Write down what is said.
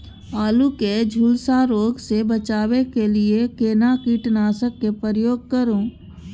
आलू के झुलसा रोग से बचाबै के लिए केना कीटनासक के प्रयोग करू